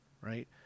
right